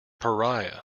pariah